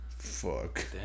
Fuck